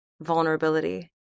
vulnerability